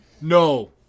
No